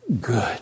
Good